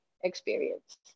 experience